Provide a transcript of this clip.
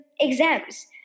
exams